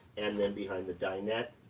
and then behind the dinette,